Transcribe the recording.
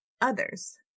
others